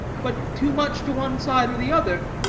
but too much to one side or the other.